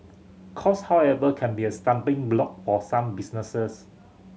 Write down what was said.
cost however can be a stumbling block for some businesses